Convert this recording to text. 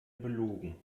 belogen